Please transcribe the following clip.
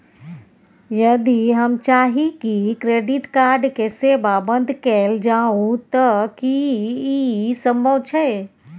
यदि हम चाही की क्रेडिट कार्ड के सेवा बंद कैल जाऊ त की इ संभव छै?